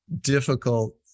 difficult